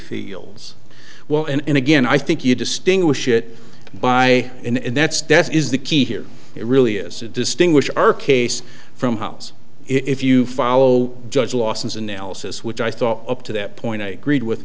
feels will and again i think you distinguish it by and that's death is the key here it really is to distinguish our case from house if you follow judge lawson's analysis which i thought up to that point i agreed with